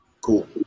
Cool